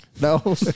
No